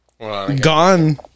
gone